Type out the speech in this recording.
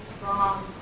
strong